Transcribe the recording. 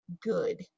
good